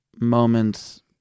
moments